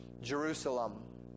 Jerusalem